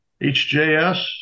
hjs